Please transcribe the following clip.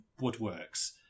woodworks